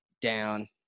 down